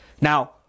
Now